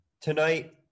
tonight